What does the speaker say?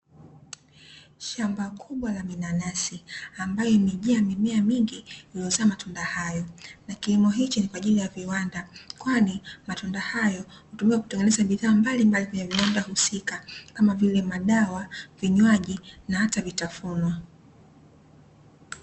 Shamba kubwa la minanasi ambayo imejaa mimea mingi iliyozaa matunda hayo, na kilimo hichi ni kwa ajili ya viwanda kwani matunda hayo hutumika kuteengeneza bidhaa mbalimbali, kwenye viwanda husika kama vile madawa, vinywaji na hata vitafunwa.